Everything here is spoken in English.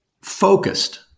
focused